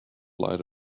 light